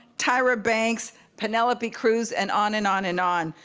tyra banks, penelope cruz and on and on and on.